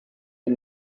but